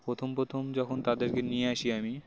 প্রথম প্রথম যখন তাদেরকে নিয়ে আসি আমি